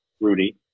Rudy